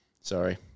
Sorry